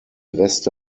reste